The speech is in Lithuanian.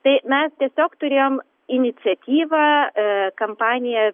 tai mes tiesiog turėjom iniciatyvą ee kampaniją